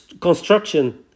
construction